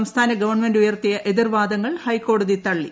സംസ്ഥാന ഗവൺമെന്റ് ഉയർത്തിയ എതിർവാദങ്ങൾ ഹൈക്കോടതി തള്ളി